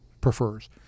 prefers